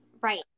right